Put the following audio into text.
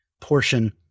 portion